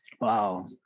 Wow